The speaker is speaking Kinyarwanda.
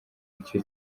nicyo